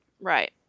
Right